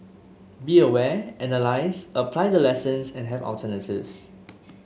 be aware analyse apply the lessons and have alternatives